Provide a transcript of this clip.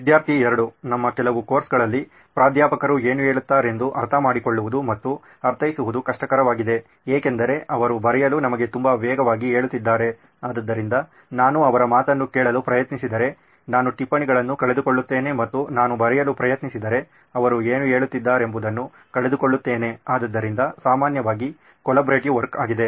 ವಿದ್ಯಾರ್ಥಿ 2 ನಮ್ಮ ಕೆಲವು ಕೋರ್ಸ್ಗಳಲ್ಲಿ ಪ್ರಾಧ್ಯಾಪಕರು ಏನು ಹೇಳುತ್ತಾರೆಂದು ಅರ್ಥಮಾಡಿಕೊಳ್ಳುವುದು ಮತ್ತು ಅರ್ಥೈಸುವುದು ಕಷ್ಟಕರವಾಗಿದೆ ಏಕೆಂದರೆ ಅವರು ಬರೆಯಲು ನಮಗೆ ತುಂಬಾ ವೇಗವಾಗಿ ಹೇಳುತ್ತಿದ್ದಾರೆ ಆದ್ದರಿಂದ ನಾನು ಅವರ ಮಾತನ್ನು ಕೇಳಲು ಪ್ರಯತ್ನಿಸಿದರೆ ನಾನು ಟಿಪ್ಪಣಿಗಳನ್ನು ಕಳೆದುಕೊಳ್ಳುತ್ತೇನೆ ಮತ್ತು ನಾನು ಬರೆಯಲು ಪ್ರಯತ್ನಿಸಿದರೆ ಅವರು ಏನು ಹೇಳುತ್ತಿದ್ದಾರೆಂಬುದನ್ನು ಕಳೆದುಕೊಳ್ಳುತ್ತೇನೆ ಆದ್ದರಿಂದ ಸಾಮಾನ್ಯವಾಗಿ ಕೋಲಬ್ರೇಟೀವ್ ವರ್ಕ್ ಅಗಿದೆ